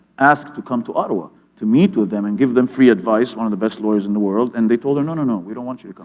asked to come to ottawa to meet with them and give them free advice, one of the best lawyers in the world, and they told her, no, no, no, we don't want you to come.